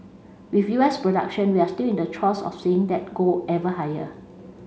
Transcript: with U S production we're still in the throes of seeing that go ever higher